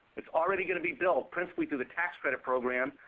it's already going to be built, principally through the tax credit program,